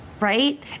Right